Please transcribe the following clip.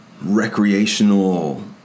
recreational